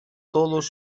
todos